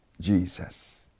Jesus